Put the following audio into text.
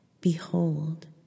Behold